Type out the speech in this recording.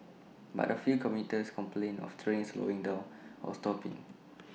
but A few commuters complained of trains slowing down or stopping